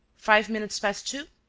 five minutes past two.